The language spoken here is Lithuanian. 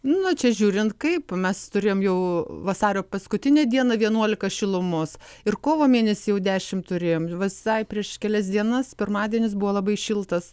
nu čia žiūrint kaip mes turėjom jau vasario paskutinę dieną vienuolika šilumos ir kovo mėnesį jau dešimt turėjom visai prieš kelias dienas pirmadienis buvo labai šiltas